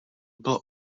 bylo